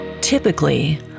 Typically